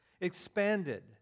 expanded